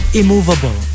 immovable